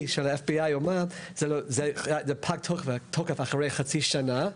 של ה-FBI פג לה התוקף לאחר חצי שנה,